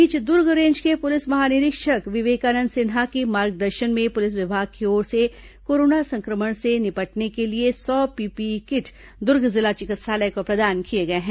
इस बीच दुर्ग रेंज के पुलिस महानिरीक्षक विवेकानंद सिन्हा के मार्गदर्शन में पुलिस विभाग की ओर से कोरोना संक्रमण से निपटने के लिए सौ पीपीई किट दुर्ग जिला चिकित्सालय को प्रदान किए गए हैं